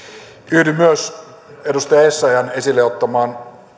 yhdyn myös edustaja essayahin esille ottamaan